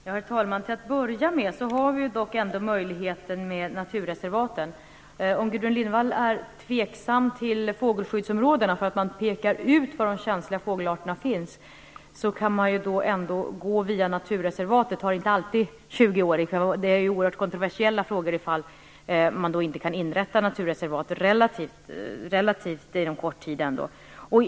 Herr talman! Till att börja med vill jag peka på den möjlighet som ändå finns i och med naturreservaten. Om Gudrun Lindvall är tveksam till fågelskyddsområdena, därför att man pekar ut var de känsliga fågelarterna finns, är det ändå möjligt att gå via naturreservatet. Det tar inte alltid 20 år. Det är oerhört kontroversiella frågor om naturreservat inte kan inrättas inom en relativt kort tid.